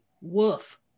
Woof